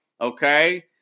okay